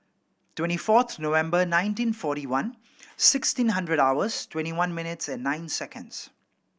twenty fourth November nineteen forty one sixteen hundred hours twenty one minutes and nine seconds